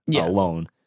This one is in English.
alone